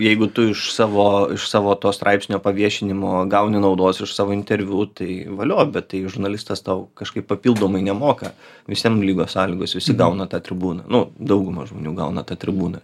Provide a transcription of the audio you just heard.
jeigu tu iš savo iš savo to straipsnio paviešinimo gauni naudos iš savo interviu tai valio bet tai žurnalistas tau kažkaip papildomai nemoka visiem lygios sąlygos visi gauna tą tribūną nu dauguma žmonių gauna tą tribūną